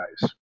guys